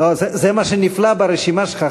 זה מה שנפלא ברשימה שלך,